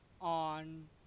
on